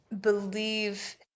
believe